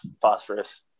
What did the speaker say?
phosphorus